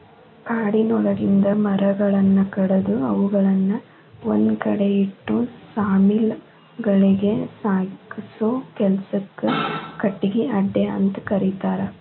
ಕಾಡಿನೊಳಗಿಂದ ಮರಗಳನ್ನ ಕಡದು ಅವುಗಳನ್ನ ಒಂದ್ಕಡೆ ಇಟ್ಟು ಸಾ ಮಿಲ್ ಗಳಿಗೆ ಸಾಗಸೋ ಕೆಲ್ಸಕ್ಕ ಕಟಗಿ ಅಡ್ಡೆಅಂತ ಕರೇತಾರ